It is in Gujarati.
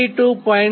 3 69